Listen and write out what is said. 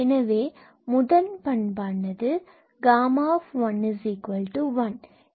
எனவே முதல் பண்பானதுΓ1ஆகும்